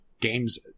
games